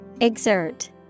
Exert